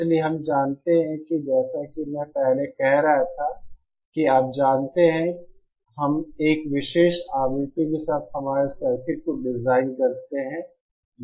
इसलिए हम जानते हैं कि जैसा कि मैं पहले कह रहा था कि आप जानते हैं कि हम एक विशेष आवृत्ति के साथ हमारे सर्किट को डिजाइन करते हैं